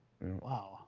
Wow